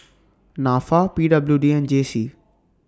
Nafa P W D and J C